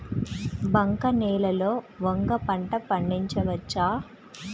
బంక నేలలో వంగ పంట పండించవచ్చా?